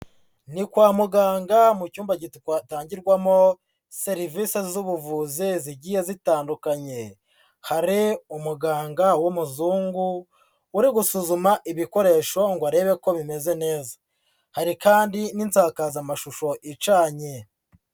Ni kwa muganga mu cyumba gitangirwamo serivisi z'ubuvuzi zigiye zitandukanye, hari umuganga w'umuzungu, uri gusuzuma ibikoresho ngo arebe ko bimeze neza, hari kandi n'insakazamashusho icanye.